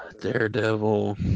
Daredevil